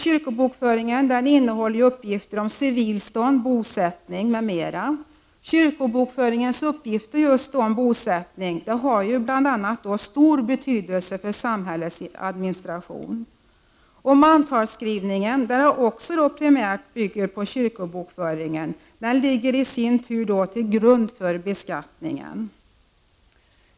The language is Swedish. Kyrkobokföringen innehåller uppgifter om civilstånd, bosättning m.m. Och kyrkobokföringens uppgifter om bosättning har bl.a. stor betydelse för samhällets administration. Mantalsskrivningen, som också primärt bygger på kyrkobokföringen, ligger i sin tur till grund för beskattningen.